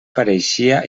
pareixia